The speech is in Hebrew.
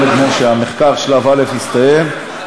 שלב א' במחקר יסתיים,